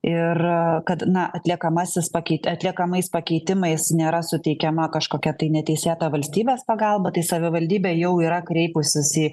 ir kad na atliekamasis pakeitė atliekamais pakeitimais nėra suteikiama kažkokia tai neteisėta valstybės pagalba tai savivaldybė jau yra kreipusis į